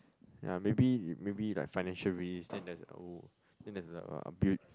ya maybe maybe that financial risk then that's a oh then that's a a build